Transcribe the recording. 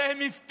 הרי הם הבטיחו